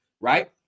right